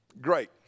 Great